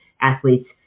athletes